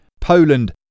Poland